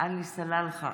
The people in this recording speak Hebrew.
עלי סלאלחה,